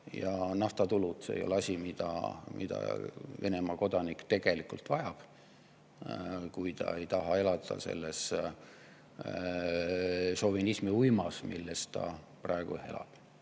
ja naftatulud. See ei ole asi, mida Venemaa kodanik tegelikult vajab, kui ta ei taha elada selles šovinismiuimas, milles ta praegu elab.